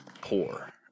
poor